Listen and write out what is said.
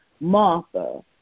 Martha